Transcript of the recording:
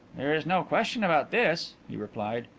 there is no question about this, he replied.